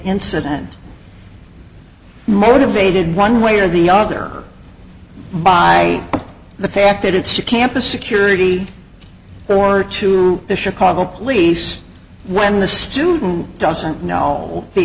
incident more debated one way or the other by the fact that it's to campus security or to the chicago police when the student doesn't know the